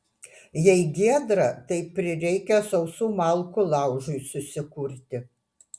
jei giedra tai prireikia sausų malkų laužui susikurti